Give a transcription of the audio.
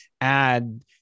add